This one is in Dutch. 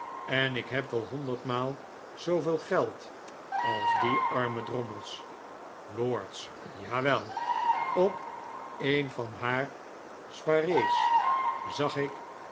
en ik heb wel honderdmaal zooveel geld als die arme drommels lords jawel op een van haar swarrees zag ik